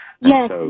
Yes